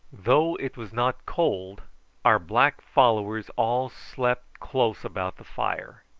though it was not cold our black followers all slept close about the fire,